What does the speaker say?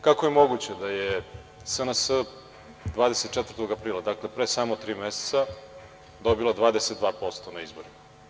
Kako je moguće da je SNS 24. aprila, dakle, pre samo tri meseca, dobila 22% na izborima?